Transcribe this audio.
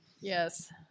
Yes